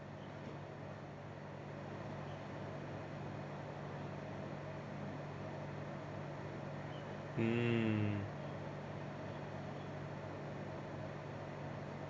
mm